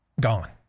gone